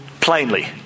plainly